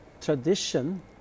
tradition